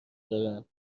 دارند